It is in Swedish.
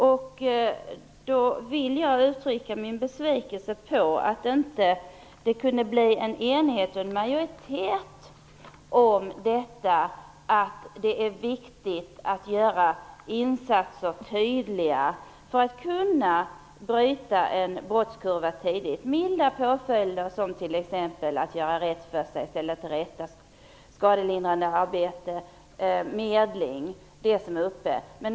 Jag vill uttrycka min besvikelse över att det inte kunde bli en enighet eller en majoritet för det viktiga i att göra insatser tydliga för att kunna bryta en brottskurva tidigt. Milda påföljder som t.ex. att göra rätt för sig, ställa till rätta, skadelindrande arbete och medling är det som diskuterats.